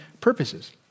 purposes